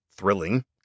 thrilling